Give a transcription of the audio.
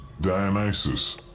Dionysus